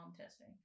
testing